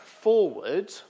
forward